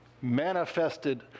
manifested